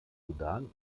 sudan